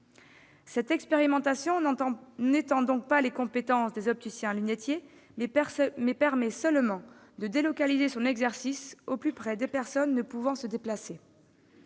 Cette expérimentation n'étend donc pas les compétences des opticiens-lunetiers ; elle leur permet seulement de délocaliser l'exercice de leur activité au plus près de personnes ne pouvant se déplacer.